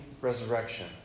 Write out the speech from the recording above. resurrection